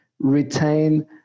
retain